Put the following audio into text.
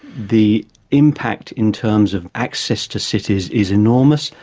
the impact in terms of access to cities is enormous,